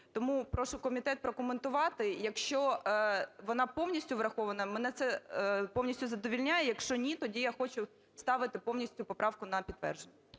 Тому прошу комітет прокоментувати, якщо вона повністю врахована, мене це повністю задовольняє. Якщо ні, тоді я хочу ставити повністю поправку на підтвердження.